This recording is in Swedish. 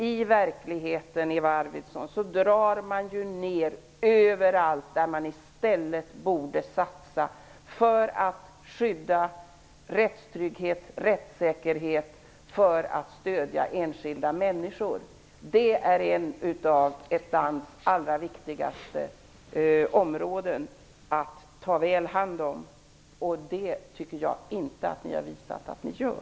I verkligheten, Eva Arvidsson, drar man ner överallt där man i stället borde satsa så att rättstryggheten och rättssäkerheten skyddas och enskilda människor får stöd. Att ta väl hand om detta är en av landets allra viktigaste uppgifter. Det tycker jag inte att ni har visat att ni gör.